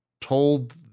told